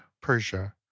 Persia